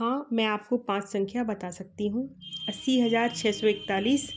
हाँ मैं आपको पाँच संख्याँ बता सकती हूँ अस्सी हज़ार छः सौ इकतालीस